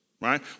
right